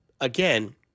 again